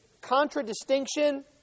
contradistinction